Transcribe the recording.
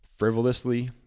Frivolously